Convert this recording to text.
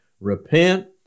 Repent